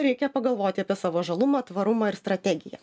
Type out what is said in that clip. reikia pagalvoti apie savo žalumą tvarumą ir strategiją